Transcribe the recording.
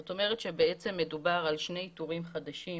זאת אומרת בעצם מדובר על שני איתורים חדשים